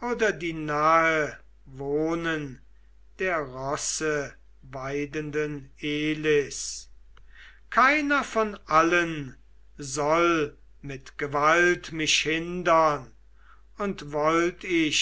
oder die nahe wohnen der rosseweidenden elis keiner von allen soll mit gewalt mich hindern und wollt ich